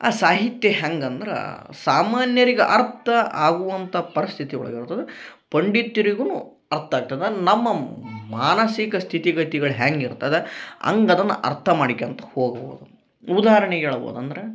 ಆ ಸಾಹಿತ್ಯ ಹೆಂಗೆ ಅಂದ್ರಾ ಸಾಮಾನ್ಯರಿಗೆ ಅರ್ಥ ಆಗುವಂಥಾ ಪರಿಸ್ಥಿತಿ ಒಳಗೆ ಇರ್ತದ ಪಂಡಿತ್ರಿಗುನು ಅರ್ಥ ಆಗ್ತದ ನಮ್ಮ ಮಾನಸಿಕ ಸ್ತಿತಿಗತಿಗಳು ಹೆಂಗೆ ಇರ್ತದ ಹಂಗೆ ಅದನ್ನ ಅರ್ಥ ಮಾಡಿಕಂತ ಹೋಗ್ಬೋದು ಉದಾಹರ್ಣೆಗೆ ಹೇಳ್ಬೋದು ಅಂದ್ರ